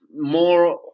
more